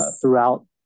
throughout